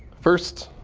first,